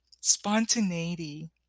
Spontaneity